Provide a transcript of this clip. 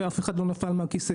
ואף אחד לא נפל מהכיסא.